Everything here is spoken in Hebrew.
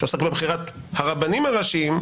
שעוסק בבחירת הרבנים הראשיים,